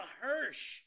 Hirsch